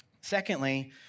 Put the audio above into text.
Secondly